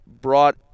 brought